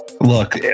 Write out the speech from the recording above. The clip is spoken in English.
Look